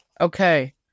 Okay